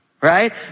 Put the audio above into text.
Right